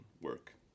work